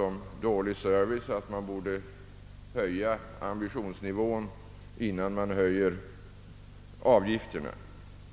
om dålig service och sagt att man borde höja ambitionsnivån innan man höjer avgifterna.